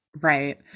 Right